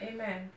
Amen